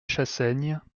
chassaigne